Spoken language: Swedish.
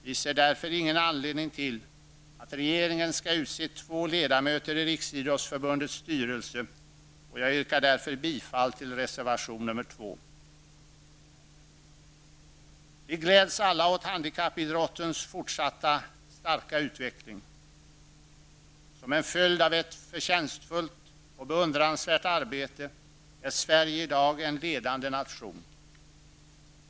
Vi ser därför ingen anledning till att regeringen skall utse två ledamöter i riksidrottsförbundets styrelse, och jag yrkar därför bifall till reservation 2. Vi gläds alla åt handikappidrottens fortsatta starka utveckling. Som en följd av ett förtjänstfullt och beundransvärt arbete är Sverige i dag en ledande nation.